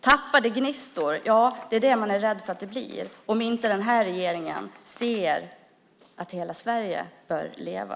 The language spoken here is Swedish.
Tappade gnistor - ja, det är det man är rädd för att det blir om inte den här regeringen ser att hela Sverige bör leva.